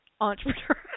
entrepreneur